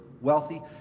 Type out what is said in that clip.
wealthy